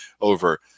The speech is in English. over